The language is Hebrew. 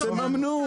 אז תממנו.